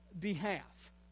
behalf